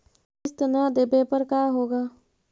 किस्त न देबे पर का होगा?